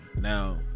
Now